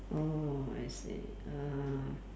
orh I see uh